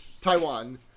Taiwan